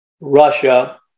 Russia